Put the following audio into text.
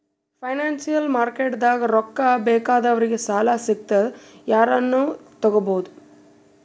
financial ಮಾರ್ಕೆಟ್ದಾಗ್ ರೊಕ್ಕಾ ಬೇಕಾದವ್ರಿಗ್ ಸಾಲ ಸಿಗ್ತದ್ ಯಾರನು ತಗೋಬಹುದ್